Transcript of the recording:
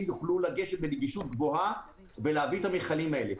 יוכלו לגשת אליהם בנגישות גבוהה ולהביא את המכלים האלה.